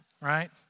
Right